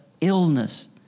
illness